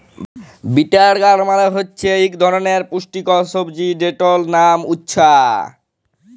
bitter গাড় মালে হছে ইক ধরলের পুষ্টিকর সবজি যেটর লাম উছ্যা